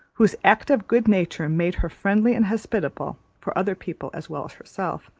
whose active good-nature made her friendly and hospitable for other people as well as herself,